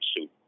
suit